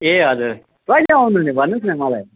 ए हजुर कहिले आउनु हुने भन्नुहोस् न मलाई